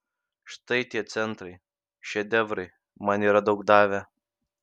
štai tie centrai šedevrai man yra daug davę